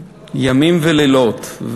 ימים ולילות.